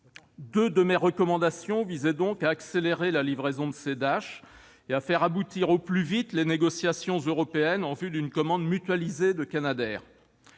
Deux de mes recommandations visaient donc à accélérer la livraison de ces Dash et à faire aboutir au plus vite les négociations européennes en vue d'une commande mutualisée de Canadairs.